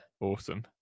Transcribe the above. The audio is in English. Awesome